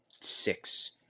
six